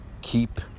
keep